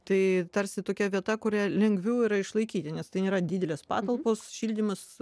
tai tarsi tokia vieta kurią lengviau yra išlaikyti nes tai nėra didelės patalpos šildymas